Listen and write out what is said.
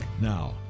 now